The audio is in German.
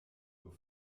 nur